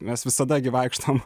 mes visada gi vaikštom